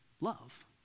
love